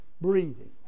breathing